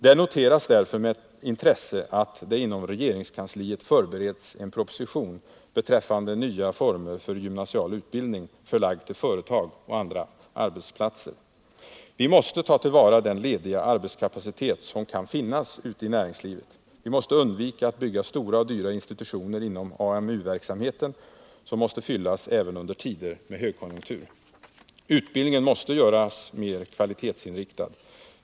Det noteras därför med intresse att det inom regeringskansliet förbereds en proposition beträffande nya former för gymnasial utbildning, förlagd till företag och andra arbetsplatser. Vi måste ta till vara den lediga arbetskapacitet som kan finnas ute i näringslivet. Vi måste undvika att inom AMU-verksamheten bygga stora och dyra institutioner, som måste fyllas även under tider med högkonjunktur. Utbildningen måste göras mer kvalitetsinriktad.